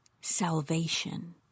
salvation